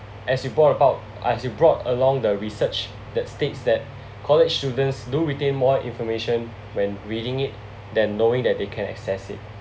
as you brought about as you brought along the research that states that college students do retain more information when reading it than knowing that they can access it